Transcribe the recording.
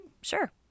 Sure